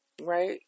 right